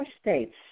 states